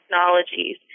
technologies